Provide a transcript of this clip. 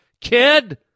kid